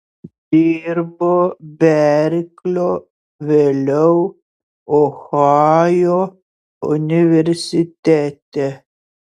dirbo berklio vėliau ohajo universitete